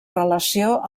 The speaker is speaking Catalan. relació